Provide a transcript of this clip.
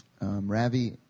Ravi